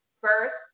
first